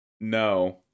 no